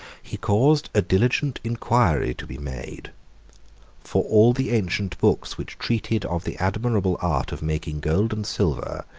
he caused a diligent inquiry to be made for all the ancient books which treated of the admirable art of making gold and silver,